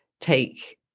take